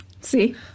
See